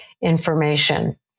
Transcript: information